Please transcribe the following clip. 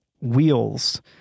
wheels